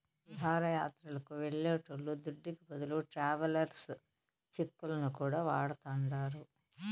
విహారయాత్రలు వెళ్లేటోళ్ల దుడ్డుకి బదులు ట్రావెలర్స్ చెక్కులను కూడా వాడతాండారు